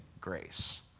grace